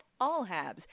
AllHabs